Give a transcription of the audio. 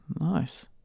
Nice